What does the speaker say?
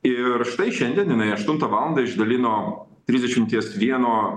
ir štai šiandien jinai aštuntą valandą išdalino trisdešimties vieno